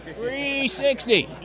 360